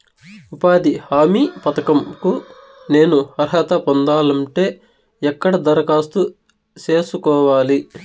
ఉపాధి హామీ పథకం కు నేను అర్హత పొందాలంటే ఎక్కడ దరఖాస్తు సేసుకోవాలి?